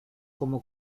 como